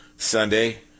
Sunday